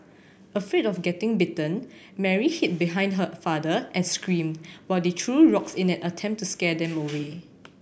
afraid of getting bitten Mary hid behind her father and screamed while they threw rocks in an attempt to scare them away